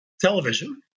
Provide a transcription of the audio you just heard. television